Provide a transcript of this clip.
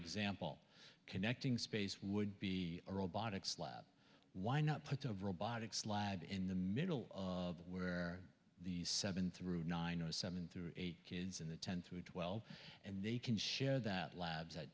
example connecting space would be a robotics lab why not put of robotics lab in the middle where the seven through nine o seven through eight kids in the ten through twelve and they can share that labs at